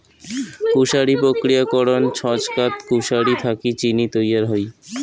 কুশারি প্রক্রিয়াকরণ ছচকাত কুশারি থাকি চিনি তৈয়ার হই